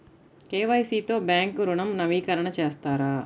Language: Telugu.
కే.వై.సి తో బ్యాంక్ ఋణం నవీకరణ చేస్తారా?